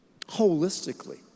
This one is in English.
holistically